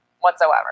whatsoever